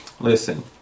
Listen